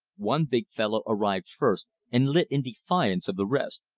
one big fellow arrived first, and lit in defiance of the rest.